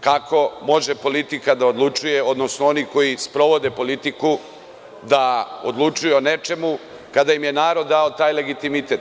Kako može politika da odlučuje, odnosno oni koji sprovode politiku, da odlučuju o nečemu kada im je narod dao taj legitimitet?